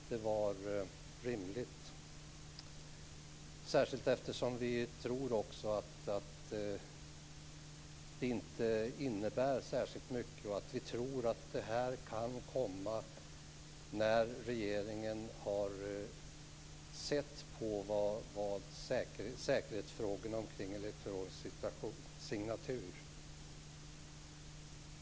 Detta gäller särskilt som vi inte tror att det kommer att innebära särskilt mycket och att det ändå kan komma upp när regeringen har sett på säkerhetsfrågorna omkring elektronisk signatur.